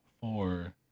four